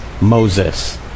Moses